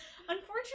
Unfortunately